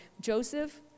Joseph